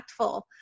impactful